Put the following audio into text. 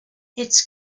its